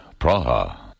Praha